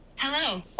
Hello